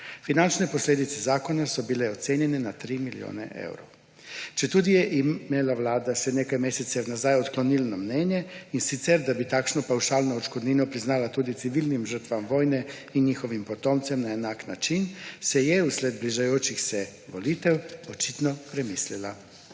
Finančne posledice zakona so bile ocenjene na tri milijone evrov. Četudi je imela Vlada še nekaj mesecev nazaj odklonilno mnenje, in sicer da bi takšno pavšalno odškodnino priznala tudi civilnim žrtvam vojne in njihovim potomcem na enak način, se je vsled bližajočih se volitev očitno premislila.